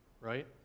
Right